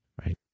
Right